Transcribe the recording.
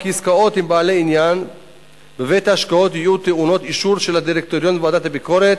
לחייב בית-השקעות למנות ועדת ביקורת,